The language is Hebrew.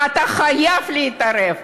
ואתה חייב להתערב.